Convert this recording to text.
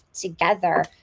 together